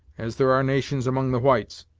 as there are nations among the whites.